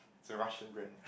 it's a Russian brand